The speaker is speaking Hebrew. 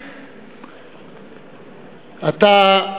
אתה,